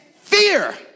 fear